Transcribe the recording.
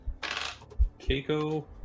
Keiko